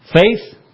Faith